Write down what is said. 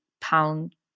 pound